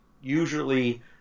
usually